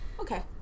Okay